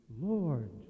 Lord